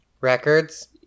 Records